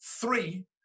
three